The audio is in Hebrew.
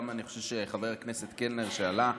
ואני חושב שגם חבר הכנסת קלנר כשעלה,